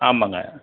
ஆமாங்க